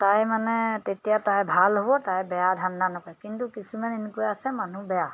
তাই মানে তেতিয়া তাই ভাল হ'ব তাই বেয়া ধান্দা নকয় কিন্তু কিছুমান এনেকুৱা আছে মানুহ বেয়া